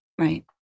Right